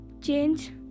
Change